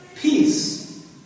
Peace